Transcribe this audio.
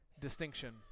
distinction